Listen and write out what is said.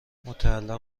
متعلق